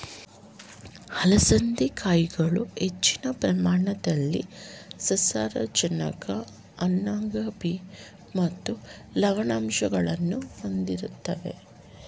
ಅಲಸಂದೆ ಕಾಯಿಗಳು ಹೆಚ್ಚಿನ ಪ್ರಮಾಣದಲ್ಲಿ ಸಸಾರಜನಕ ಅನ್ನಾಂಗ ಬಿ ಮತ್ತು ಲವಣಾಂಶಗಳನ್ನು ಹೊಂದಿರುತ್ವೆ